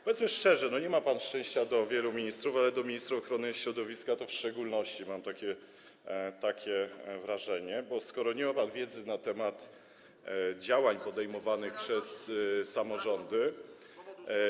Powiedzmy szczerze, nie ma pan szczęścia do wielu ministrów, ale do ministra ochrony środowiska w szczególności, mam takie wrażenie, bo skoro nie ma pan wiedzy na temat działań podejmowanych przez samorządy.